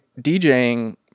DJing